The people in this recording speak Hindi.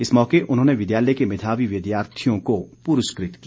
इस मौके उन्होंने विद्यालय के मेधावी विद्यार्थी को पुरस्कृत किया